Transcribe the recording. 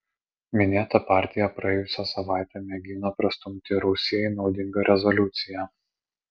minėta partija praėjusią savaitę mėgino prastumti rusijai naudingą rezoliuciją